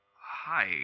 Hi